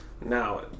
Now